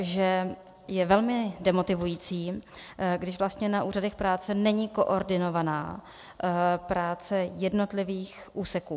Že je velmi demotivující, když na úřadech práce není koordinovaná práce jednotlivých úseků.